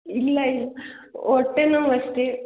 ಇಲ್ಲ ಇಲ್ಲ ಹೊಟ್ಟೆ ನೋವು ಅಷ್ಟೇ